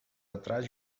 atrás